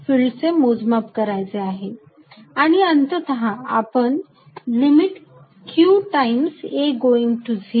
आणि अंततः आपण limit q times a going to 0